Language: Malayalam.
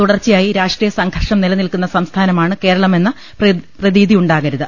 തുടർച്ചയായി രാഷ്ട്രീയ സംഘർഷം നിലനിൽക്കുന്ന സംസ്ഥാനമാണ് കേരള മെന്ന പ്രതീതിയുണ്ടാകരുത്